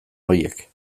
horiek